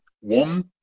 one